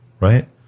right